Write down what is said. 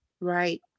Right